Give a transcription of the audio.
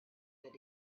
that